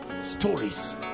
stories